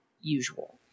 usual